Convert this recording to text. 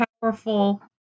powerful